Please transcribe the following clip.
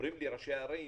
אומרים לי ראשי ערים: